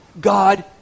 God